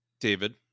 David